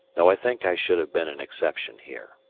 though i think i should have been an exception here.